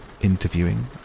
Interviewing